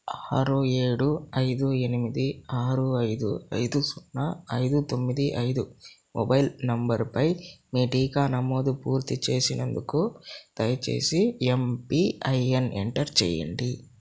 ఆరు ఏడు ఐదు ఎనిమిది ఆరు ఐదు ఐదు సున్నా ఐదు తొమ్మిది ఐదు మొబైల్ నంబరుపై మీ టీకా నమోదు పూర్తి చేసినందుకు దయచేసి ఎమ్పిఐఎన్ ఎంటర్ చేయండి